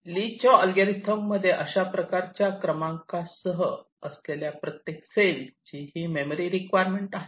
ली च्या अल्गोरिदममध्ये अशा प्रकारच्या क्रमांकासह असलेल्या प्रत्येक सेलची ही मेमरी रिक्वायरमेंट आहे